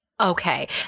Okay